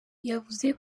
yavuze